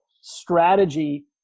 strategy